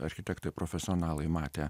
architektai profesionalai matė